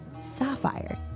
Sapphire